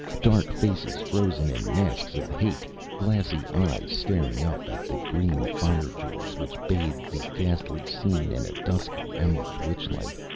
dark faces frozen in masks of hate, glassy eyes glaring up at the green fire-jewels which bathed the ghastly scene in a dusky emerald witch-light.